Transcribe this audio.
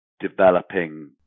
Developing